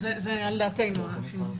זה על דעתנו.